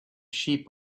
sheep